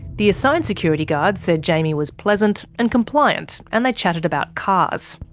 the assigned security guard said jaimie was pleasant and compliant, and they chatted about cars.